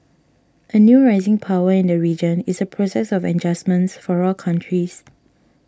a new rising power in the region is a process of adjustment for all countries